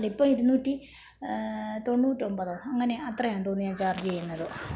അല്ല ഇപ്പോൾ ഇരുന്നൂറ്റി തൊണ്ണൂറ്റൊമ്പതൊ അങ്ങനെ അത്രയാ തോന്ന് ഞാ ചാർജ് ചെയ്യുന്നത്